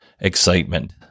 excitement